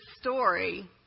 story